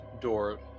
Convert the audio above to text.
door